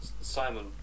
Simon